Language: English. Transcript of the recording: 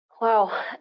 Wow